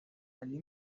علی